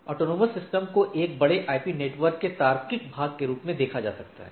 स्वायत्त प्रणाली या AS को एक बड़े आईपी नेटवर्क के तार्किक भाग के रूप में देखा जा सकता है